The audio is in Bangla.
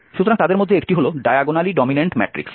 সুতরাং তাদের মধ্যে একটি হল ডায়াগোনালি ডমিন্যান্ট ম্যাট্রিক্স